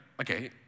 okay